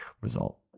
result